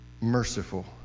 merciful